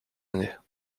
années